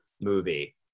movie